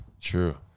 True